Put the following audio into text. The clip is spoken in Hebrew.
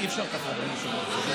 אי-אפשר כך, אדוני היושב-ראש.